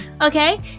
okay